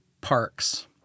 Parks